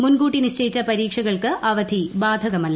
മുൻകൂട്ടി നിശ്ചയിച്ച പരീക്ഷകൾക്ക് അവധി ബാധകമല്ല